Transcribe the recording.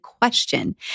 question